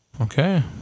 Okay